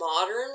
modern